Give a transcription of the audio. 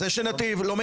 זה לא נכון.